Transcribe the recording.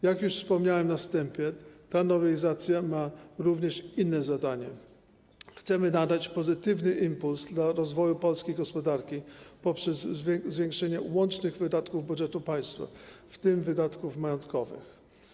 Jak już wspomniałem na wstępie, ta nowelizacja ma również inne zadanie - chcemy nadać pozytywny impuls rozwojowi polskiej gospodarki, poprzez zwiększenie łącznych wydatków budżetu państwa, w tym wydatków majątkowych.